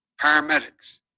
paramedics